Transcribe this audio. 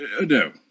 no